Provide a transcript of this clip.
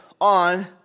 on